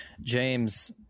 James